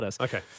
Okay